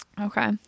Okay